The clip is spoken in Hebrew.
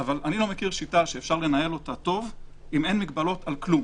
אבל אני לא מכיר שיטה שאפשר לנהל אותה טוב אם אין מגבלות על כלום